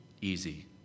easy